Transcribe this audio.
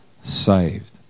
saved